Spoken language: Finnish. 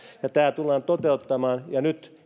talouden tämä tullaan toteuttamaan ja nyt